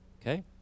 okay